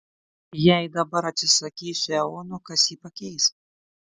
jei dabar atsisakysiu eono kas jį pakeis